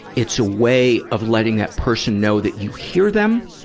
it's a way of letting that person know that you hear them,